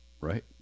right